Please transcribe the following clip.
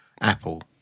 Apple